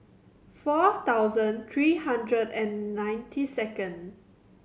four thousand three hundred and ninety second